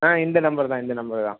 ஆ இந்த நம்பர் தான் இந்த நம்பர் தான்